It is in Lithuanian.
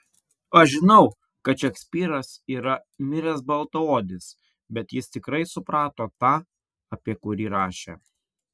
aš žinau kad šekspyras yra miręs baltaodis bet jis tikrai suprato tą apie kurį rašė